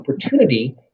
opportunity